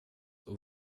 och